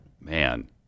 Man